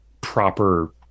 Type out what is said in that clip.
proper